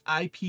IP